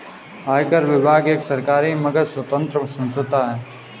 आयकर विभाग एक सरकारी मगर स्वतंत्र संस्था है